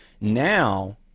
now